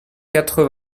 quatre